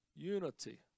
Unity